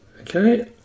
Okay